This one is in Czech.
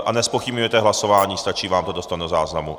A nezpochybňujete hlasování, stačí vám to do stenozáznamu?